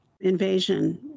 invasion